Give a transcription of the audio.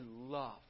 love